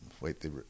wait